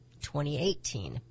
2018